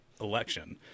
election